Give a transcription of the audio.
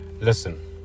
Listen